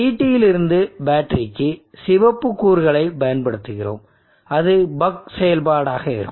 CTலிருந்து பேட்டரிக்கு சிவப்பு கூறுகளைப் பயன்படுத்துகிறோம் அது பக் செயல்பாடாக இருக்கும்